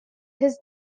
his